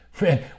Man